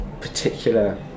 particular